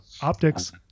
Optics